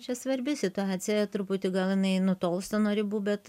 čia svarbi situacija truputį gal jinai nutolsta nuo ribų bet